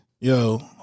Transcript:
yo